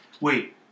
wait